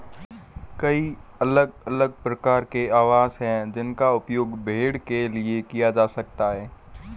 कई अलग अलग प्रकार के आवास हैं जिनका उपयोग भेड़ के लिए किया जा सकता है